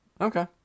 okay